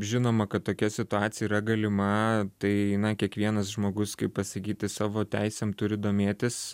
žinoma kad tokia situacija yra galima tai na kiekvienas žmogus kaip pasakyti savo teisėm turi domėtis